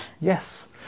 Yes